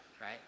right